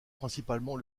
principalement